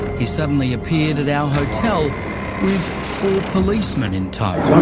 he suddenly appeared at our hotel with four policemen in